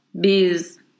biz